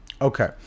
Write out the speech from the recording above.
Okay